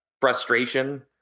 frustration